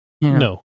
no